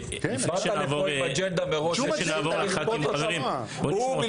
כשעבאס בא